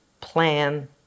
plan